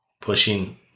pushing